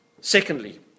Secondly